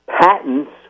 patents